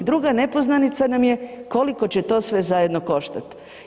Druga nepoznanica nam je koliko će to sve zajedno koštat.